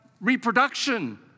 reproduction